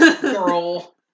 Girl